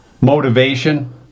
Motivation